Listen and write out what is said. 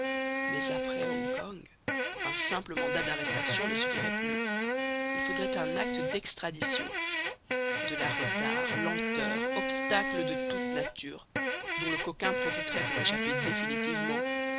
mais après hong kong un simple mandat d'arrestation ne suffirait plus il faudrait un acte d'extradition de là retards lenteurs obstacles de toute nature dont le coquin profiterait pour échapper définitivement